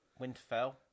Winterfell